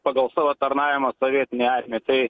pagal savo tarnavimą sovietinėj armijoj